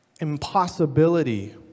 impossibility